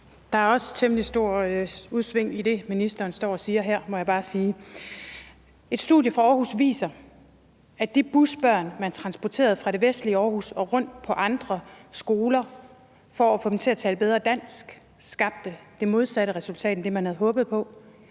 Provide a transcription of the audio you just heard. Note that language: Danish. Der er også temmelig store udsving i det, ministeren står og siger her, må jeg bare sige. Et studie fra Aarhus viser, at det med de busbørn, man transporterede fra det vestlige Aarhus og rundt til andre skoler for at få dem til at tale bedre dansk, skabte det modsatte resultat end det, man havde håbet på.